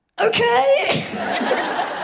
Okay